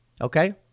okay